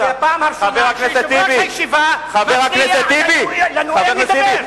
זאת פעם ראשונה שיושב-ראש הישיבה מפריע לנואם לדבר.